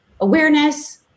awareness